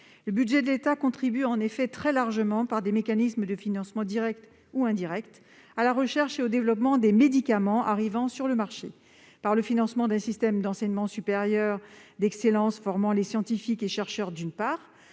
le budget de l'État contribue très largement, par des mécanismes de financement directs ou indirects, à la recherche et au développement des médicaments arrivant sur le marché. L'État finance un système d'enseignement supérieur d'excellence qui forme les scientifiques et les chercheurs. Il